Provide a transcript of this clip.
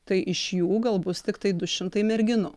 tai iš jų gal bus tiktai du šimtai merginų